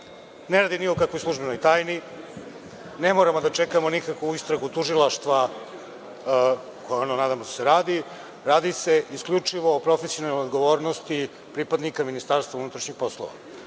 ne radi o nikakvoj službenoj tajni, ne moramo da čekamo nikakvu istragu tužilaštva, koje nadamo se radi, radi se isključivo o profesionalnoj odgovornosti pripadnika Ministarstva unutrašnjih poslova. Odgovor